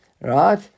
right